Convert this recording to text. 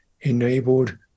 enabled